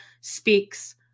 speaks